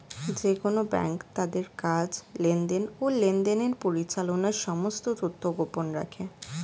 যেকোন ব্যাঙ্ক তাদের কাজ, লেনদেন, ও লেনদেনের পরিচালনার সমস্ত তথ্য গোপন রাখে